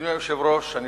אדוני היושב-ראש, אני